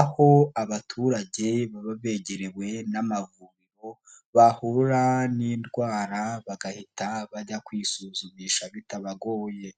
aho abaturage baba begerewe n'amavuriro, bahura n'indwara bagahita bajya kwisuzumisha bitabagoye.